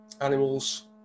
animals